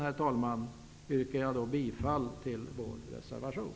Slutligen yrkar jag bifall till vår reservation.